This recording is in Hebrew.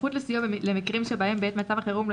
היערכות לסיוע למקרים שבהם בעת מצב חירום לא